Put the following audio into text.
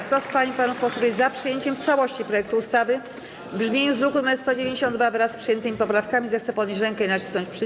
Kto z pań i panów posłów jest za przyjęciem w całości projektu ustawy w brzmieniu z druku nr 192, wraz z przyjętymi poprawkami, zechce podnieść rękę i nacisnąć przycisk.